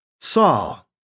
Saul